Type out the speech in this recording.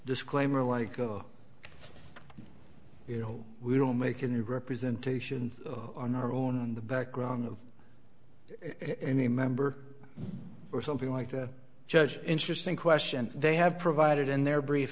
disclaimer like oh you know we will make an representation on our own the background of any member or something like that judge interesting question they have provided in their brief